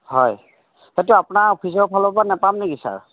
হয় সেইটো আপোনাৰ অফিচৰ ফালৰপৰা নেপাম নেকি ছাৰ